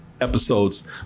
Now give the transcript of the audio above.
episodes